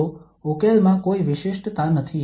તો ઉકેલમાં કોઈ વિશિષ્ટતા નથી